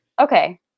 Okay